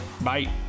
Bye